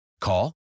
Call